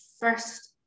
first